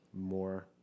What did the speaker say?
more